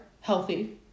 healthy